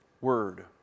word